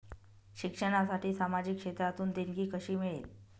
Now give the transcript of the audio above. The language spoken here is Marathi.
शिक्षणासाठी सामाजिक क्षेत्रातून देणगी कशी मिळेल?